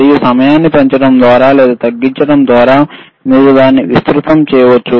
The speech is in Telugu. మళ్ళీ సమయాన్ని పెంచడం ద్వారా లేదా తగ్గించడం ద్వారా మీరు దాన్ని విస్తృతం చేయవచ్చు